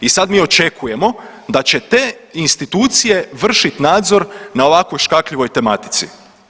I sad mi očekujemo da će te institucije vršit nadzor na ovakvoj škakljivoj tematici.